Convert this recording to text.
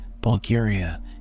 Bulgaria